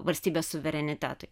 valstybės suverenitetui